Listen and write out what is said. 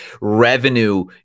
revenue